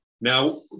Now